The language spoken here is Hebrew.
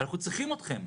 אנחנו צריכים אתכם.